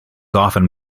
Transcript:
often